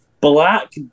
Black